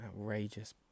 Outrageous